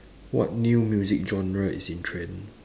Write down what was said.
what new music genre is in trend